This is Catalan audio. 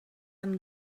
amb